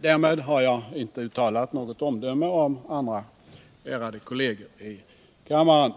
Därmed har jag inte uttalat något omdömde om andra ärade kolleger av kammaren.